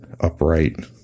upright